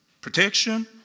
protection